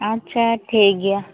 ᱟᱪᱪᱷᱟ ᱴᱷᱤᱠᱜᱮᱭᱟ